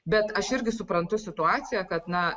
bet aš irgi suprantu situaciją kad na